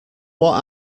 what